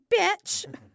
bitch